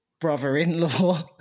brother-in-law